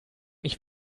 nicht